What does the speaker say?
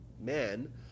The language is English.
man